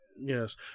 Yes